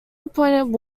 appointed